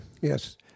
yes